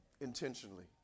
intentionally